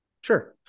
Sure